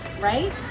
right